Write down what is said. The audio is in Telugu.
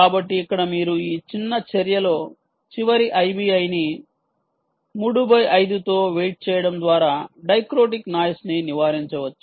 కాబట్టి ఇక్కడ మీరు ఈ చిన్న చర్యలో చివరి IBI ని 35 తో వెయిట్ చేయడం ద్వారా డైక్రోటిక్ నాయిస్ ని నివారించవచ్చు